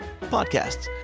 podcasts